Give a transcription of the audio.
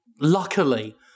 luckily